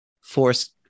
force